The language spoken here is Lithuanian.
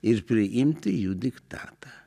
ir priimti jų diktatą